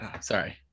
Sorry